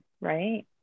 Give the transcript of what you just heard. right